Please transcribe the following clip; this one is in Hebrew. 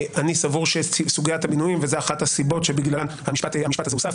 זו אחת הסיבות בגללן המשפט הזה הוסף.